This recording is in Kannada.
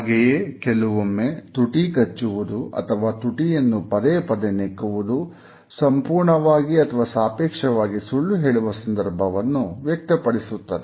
ಹಾಗೆಯೇ ಕೆಲವೊಮ್ಮೆ ತುಟಿ ಕಚ್ಚುವುದು ಅಥವಾ ತುಟಿಯನ್ನು ಪದೇ ಪದೇ ನೆಕ್ಕುವುದು ಸಂಪೂರ್ಣವಾಗಿ ಅಥವಾ ಸಾಪೇಕ್ಷವಾಗಿ ಸುಳ್ಳು ಹೇಳುವ ಸಂದರ್ಭವನ್ನು ವ್ಯಕ್ತಪಡಿಸುತ್ತದೆ